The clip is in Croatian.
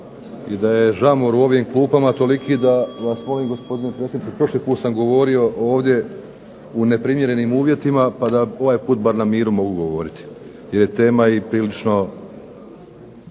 i da je žamor u ovim klupama toliki da vas molim gospodine predsjedniče i prošli put sam govorio ovdje u neprimjerenim uvjetima pa da ovaj put bar na miru mogu govoriti jer je tema prilično